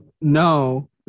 No